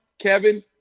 Kevin